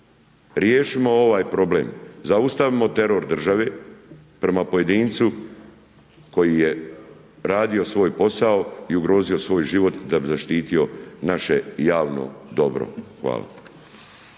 Riješimo ovaj probleme, zaustavimo teror države prema pojedincu koji je radio svoj posao i ugrozio svoj život da bi zaštitio naše javno dobro. Hvala.